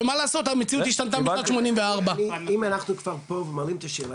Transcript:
ומה לעשות המציאות השתנתה משנת 1984. אם אנחנו כבר פה ומעלים את השאלה,